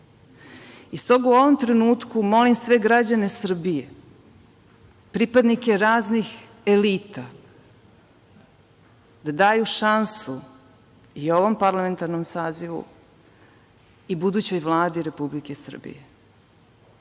toga, u ovom trenutku, molim sve građane Srbije, pripadnike raznih elita, da daju šansu i ovom parlamentarnom sazivu i budućoj Vladi Republike Srbije,